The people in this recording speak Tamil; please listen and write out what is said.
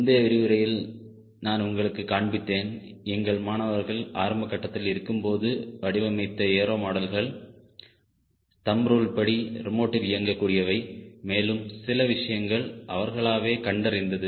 முந்தைய விரிவுரையில் நான் உங்களுக்கு காண்பித்தேன் எங்கள் மாணவர்கள் ஆரம்பகட்டத்தில் இருக்கும்போது வடிவமைத்த ஏரோ மாடல்கள் தம்ப் ரூல் படி ரிமோட்டில் இயங்ககூடியவை மேலும் சில விஷயங்கள் அவர்களாகவே கண்டறிந்தது